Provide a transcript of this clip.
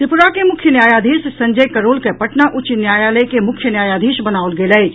त्रिपुरा के मुख्य न्यायाधीश संजय करोल के पटना उच्च न्यायालय के मुख्य न्यायाधीश बनाओल गेल अछि